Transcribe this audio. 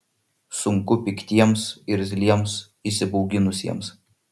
sunku piktiems irzliems įsibauginusiems